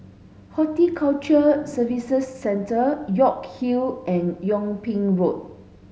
Horticulture Services Centre York Hill and Yung Ping Road